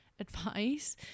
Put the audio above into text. advice